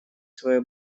свое